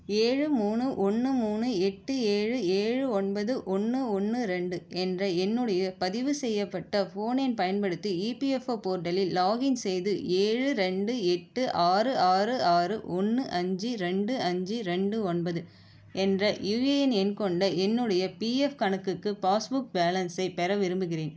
ஏழு மூணு ஒன்று மூணு எட்டு ஏழு ஏழு ஒன்பது ஒன்று ஒன்று ரெண்டு என்ற என்னுடைய பதிவு செய்யப்பட்ட ஃபோன் எண் பயன்படுத்தி இபிஎஃப்ஓ போர்ட்டலில் லாகின் செய்து ஏழு ரெண்டு எட்டு ஆறு ஆறு ஆறு ஒன்று அஞ்சு ரெண்டு அஞ்சு ரெண்டு ஒன்பது என்ற யுஏஎன் எண் கொண்ட என்னுடைய பிஎஃப் கணக்குக்கு பாஸ்புக் பேலன்ஸை பெற விரும்புகிறேன்